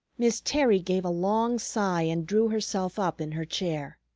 miss terry gave a long sigh and drew herself up in her chair.